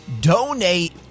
Donate